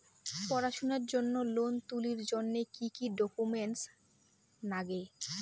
পড়াশুনার জন্যে লোন তুলির জন্যে কি কি ডকুমেন্টস নাগে?